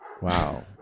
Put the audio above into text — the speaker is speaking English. wow